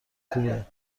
خوبه